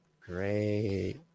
Great